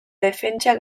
defentsa